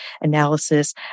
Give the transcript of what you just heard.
Analysis